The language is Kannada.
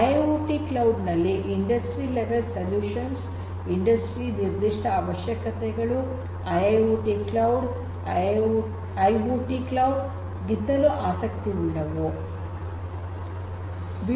ಐಐಓಟಿ ಕ್ಲೌಡ್ ನಲ್ಲಿ ಇಂಡಸ್ಟ್ರಿ ಲೆವೆಲ್ ಸೊಲ್ಯೂಷನ್ಸ್ ಇಂಡಸ್ಟ್ರಿ ನಿರ್ಧಿಷ್ಟ ಅವಶ್ಯಕತೆಗಳು ಐಐಓಟಿ ಕ್ಲೌಡ್ ಐಓಟಿ ಕ್ಲೌಡ್ ಗಿಂತಲೂ ಆಸಕ್ತಿವುಳ್ಳದ್ದು